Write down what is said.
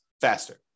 faster